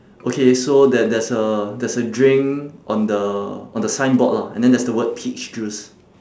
okay so there there's a there's a drink on the on the signboard lah and then there's the word peach juice